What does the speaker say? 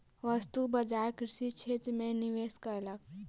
वस्तु बजार कृषि क्षेत्र में निवेश कयलक